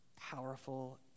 powerful